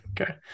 Okay